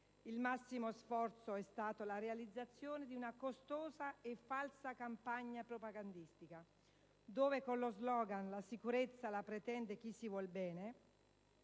Il massimo sforzo è stato la realizzazione di una costosa e falsa campagna propagandistica, dove con lo slogan «Sicurezza sul lavoro. La pretende chi si vuole bene»